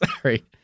sorry